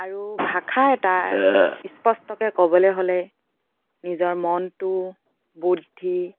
আৰু ভাষা এটাৰ স্পষ্টকৈ ক'বলৈ হ'লে নিজৰ মনটো বুদ্ধি